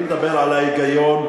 אני מדבר על ההיגיון.